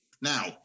Now